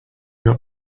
got